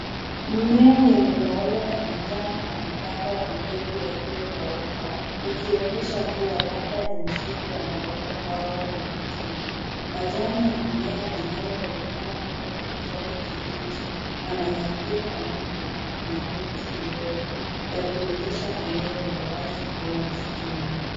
Mmea wenye maua ya manjano na maganda ya mbegu yaliyokauka ukionyesha kuwa labda ni msimu wa maua au wa matunda. Majani ya mmea yanayoonekana kuwa ya kijani kibichi na mazingira ya nyuma na miti mirefu yakionyesha eneo la wazi au msituni.